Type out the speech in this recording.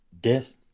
Death